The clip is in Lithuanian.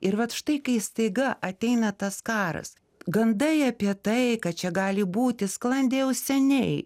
ir vat štai kai staiga ateina tas karas gandai apie tai kad čia gali būti sklandė jau seniai